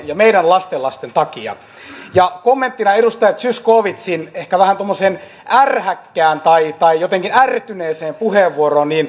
ja meidän lastenlastemme takia kommenttina edustaja zyskowiczin ehkä vähän tuommoiseen ärhäkkään tai tai jotenkin ärtyneeseen puheenvuoroon